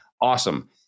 awesome